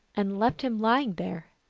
and left him lying there.